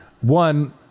One